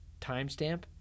timestamp